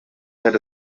hit